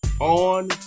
on